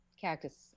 cactus